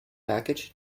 package